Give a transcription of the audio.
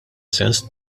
sens